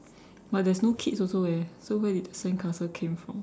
but there's no kids also eh so where did the sandcastle came from